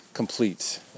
complete